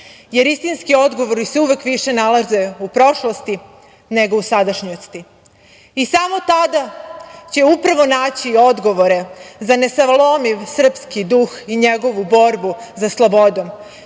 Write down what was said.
jer istinski odgovori se uvek više nalaze u prošlosti, nego u sadašnjosti. Samo tada će upravo naći odgovore za nesalomiv srpski duh i njegovu borbu za slobodom.